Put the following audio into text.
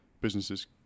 businesses